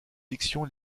fiction